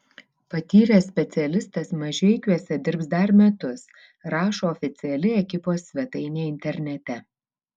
patyręs specialistas mažeikiuose dirbs dar metus rašo oficiali ekipos svetainė internete